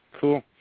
Cool